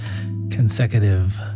consecutive